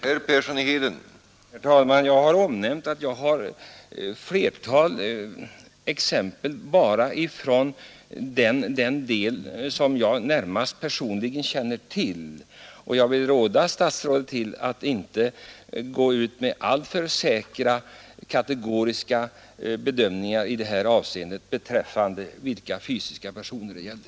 Herr talman! Jag har omnämnt att jag har ett flertal exempel bara från den del av landet som jag personligen närmast känner till. Jag vill råda statsrådet att inte göra alltför säkra och kategoriska bedömningar beträffande vilka fysiska personer det gäller.